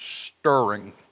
stirring